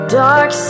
dark